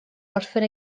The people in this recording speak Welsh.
orffen